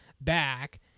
back